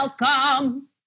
welcome